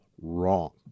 wrong